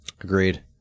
agreed